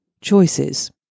choices